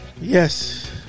Yes